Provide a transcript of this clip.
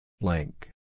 Blank